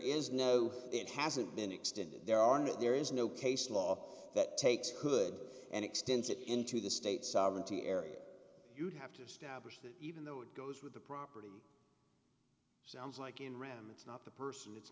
is no it hasn't been extended there are that there is no case law that takes could and extends it into the state sovereignty area you'd have to establish that even though it goes with the property sounds like in ram it's not the person it's